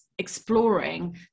exploring